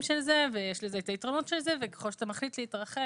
של זה ויש לזה את היתרונות של זה וככל שאתה מחליט להתרחב,